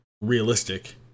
realistic